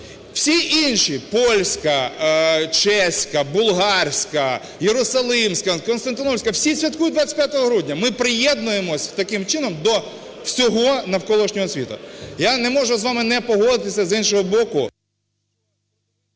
Всі інші: Польська, Чеська, Болгарська, Єрусалимська, Константинопольська – всі святкують 25 грудня. Ми приєднуємося таким чином до всього навколишнього світу. Я не можу з вами не погодитись, з іншого боку…